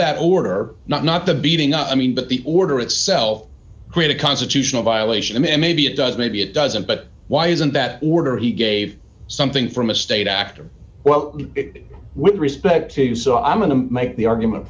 that order not not the beating i mean but the order excel create a constitutional violation and maybe it does maybe it doesn't but why isn't that order he gave something from a state actor well with respect to so i'm going to make the argument